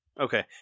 Okay